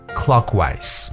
clockwise